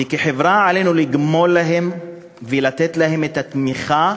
וכחברה עלינו לגמול להם ולתת להם תמיכה,